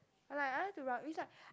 like I like to rub it's like